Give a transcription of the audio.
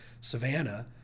Savannah